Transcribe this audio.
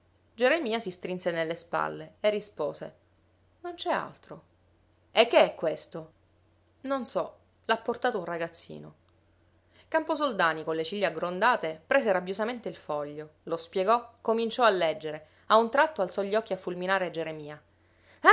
geremia si strinse nelle spalle e rispose non c'e altro e che è questo non so l'ha portato un ragazzino camposoldani con le ciglia aggrondate prese rabbiosamente il foglio lo spiegò cominciò a leggere a un tratto alzò gli occhi a fulminare geremia